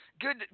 Good